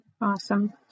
Awesome